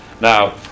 Now